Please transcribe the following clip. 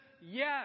yes